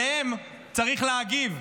עליהם צריך להגיב.